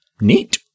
Neat